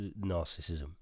narcissism